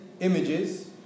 images